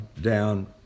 down